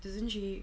isn't she